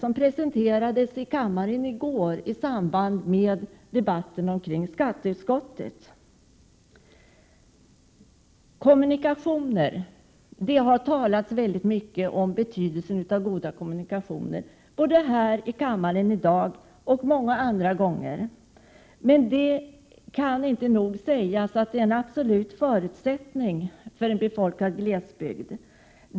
De presenterades i kammaren i går i samband med debatten om skatteutskottets betänkande. Det har talats väldigt mycket om betydelsen av goda kommunikationer, både här i kammaren i dag och vid många andra tillfällen. Det kan inte nog ofta upprepas att fungerade kommunikationer är en absolut förutsättning för en befolkad glesbygd.